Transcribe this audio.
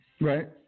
Right